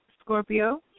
Scorpio